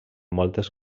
moltes